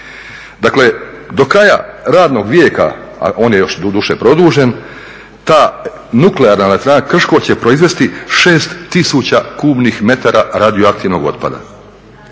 Dakle, do kraja radnog vijeka, a on je još doduše produžen ta Nuklearna elektrana Krško će proizvesti 6000 kubnih metara radioaktivnog otpada.